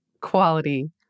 quality